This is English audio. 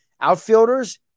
outfielders